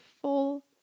full